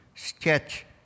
Sketch